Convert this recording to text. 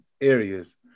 areas